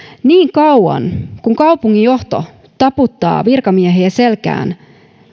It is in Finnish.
niin kauan kuin kaupungin johto taputtaa virkamiehiä selkään